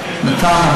נט"ן,